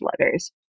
letters